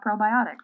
probiotics